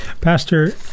Pastor